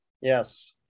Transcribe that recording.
Yes